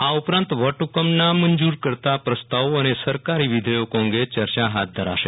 આ ઉપરાંત વટહુકમ નામંજુર કરતા પ્રસ્તાવો અને સરકારી વિધયેકો અંગે ચર્ચા હાથ ધરાશે